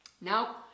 Now